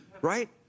right